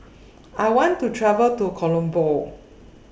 I want to travel to Colombo